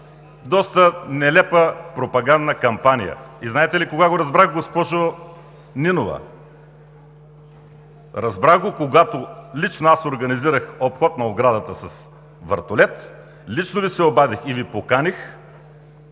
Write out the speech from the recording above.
доста нелепа пропагандна кампания. И знаете ли кога го разбрах, госпожо Нинова – разбрах го, когато лично аз организирах обход на оградата с вертолет. Лично Ви се обадих и Ви поканих